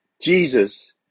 Jesus